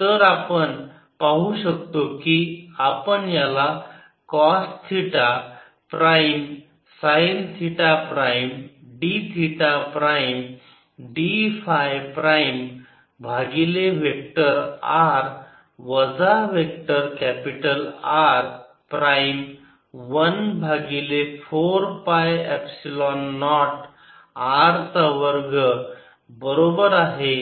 तर आपण पाहू शकतो की आपण याला cos theta prime sine theta prime d theta prime d phi prime भागिले वेक्टर r वजा वेक्टर कॅपिटल R प्राईम 1 भागिले 4 पाय एपसिलोन नॉट R चा वर्ग बरोबर आहे